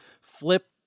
flip